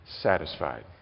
satisfied